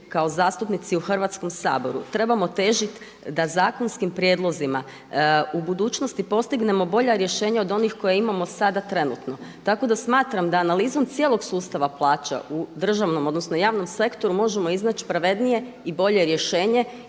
kao zastupnici u Hrvatskom saboru trebamo težiti da zakonskim prijedlozima u budućnosti postignemo bolja rješenja od onih koje imamo sada trenutno. Tako da smatram da analizom cijelog sustava plaća u državnom odnosno javnom sektoru možemo iznaći pravednije i bolje rješenje